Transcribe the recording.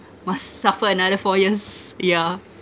must suffer another four years yeah